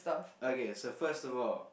okay so first of all